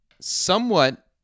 somewhat